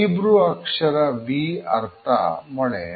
Hebrew ಅಕ್ಷರ ವಿ ಅರ್ಥ ಮೊಳೆ